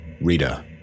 Rita